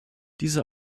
diese